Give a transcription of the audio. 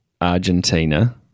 Argentina